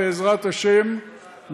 בעזרת השם,